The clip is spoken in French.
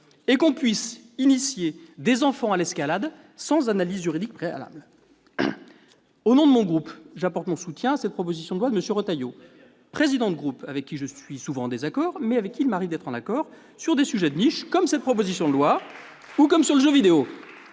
et que l'on puisse initier des enfants à l'escalade sans analyse juridique préalable. Au nom de mon groupe, j'apporte mon soutien à cette proposition de loi de M. Retailleau, ... Très bien !... le président d'un groupe avec lequel je suis souvent en désaccord, mais avec lequel il m'arrive aussi de tomber d'accord sur des sujets de niche, comme cette proposition de loi ou l'importance du jeu vidéo